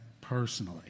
personally